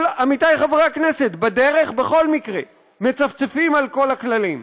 אבל עמיתיי חברי הכנסת בדרך בכל מקרה מצפצפים על כל הכללים.